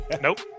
nope